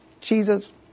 Jesus